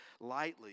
lightly